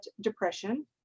depression